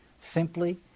simply